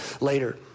later